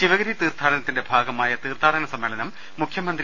ശിവഗിരി തീർത്ഥാടനത്തിന്റെ ഭാഗമായ തീർത്ഥാടന സമ്മേളനം മുഖ്യമന്ത്രി